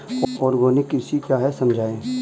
Organic कृषि क्या है समझाइए?